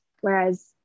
whereas